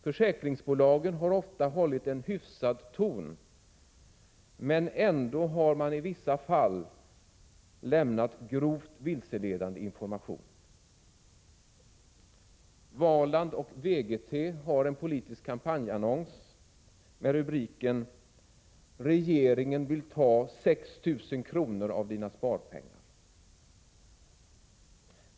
Försäkringsbolagen har ofta hållit en hyfsad ton, men man har ändå i vissa fall lämnat grovt vilseledande information. Valand och Vegete har en politisk kampanjannons med rubriken ”Regeringen vill ta 6 000 kr av Dina sparpengar”.